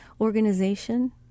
organization